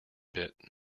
bit